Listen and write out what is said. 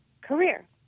career